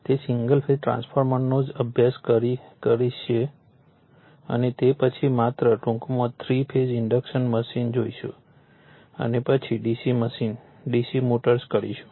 તે single phase ટ્રાન્સફોર્મર્સનો જ અભ્યાસ કરશેરીશું અને તે પછી માત્ર ટુંકમાં 3 ફેઝ ઇન્ડક્શન મશીન જોઈશુ અને પછી DC મશીન DC મોટર્સ કરીશું